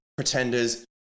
pretenders